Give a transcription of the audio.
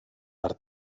per